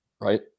right